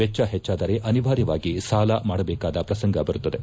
ವೆಚ್ಚಾದರೆ ಅನಿವಾರ್ಹವಾಗಿ ಸಾಲ ಮಾಡಬೇಕಾದ ಪ್ರಸಂಗ ಬರುತ್ತದೆ